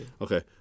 Okay